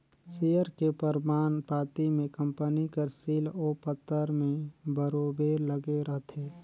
share के परमान पाती में कंपनी कर सील ओ पतर में बरोबेर लगे रहथे